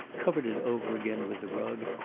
covered it over again with the rug,